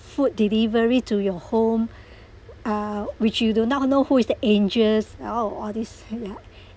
food delivery to your home ah which you do not know who is the angels a lot of all this ya